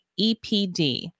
EPD